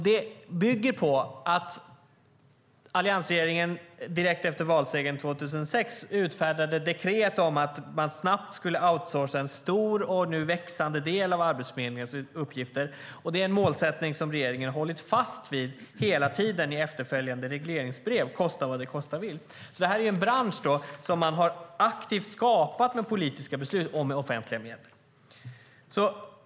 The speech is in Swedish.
Det bygger på att alliansregeringen direkt efter valsegern 2006 utfärdade dekret om att man snabbt skulle outsourca en stor och nu växande del av Arbetsförmedlingens uppgifter, och det är en målsättning som regeringen har hållit fast vid hela tiden i efterföljande regleringsbrev, kosta vad det kosta vill. Det här är alltså en bransch som man aktivt har skapat med politiska beslut och med offentliga medel.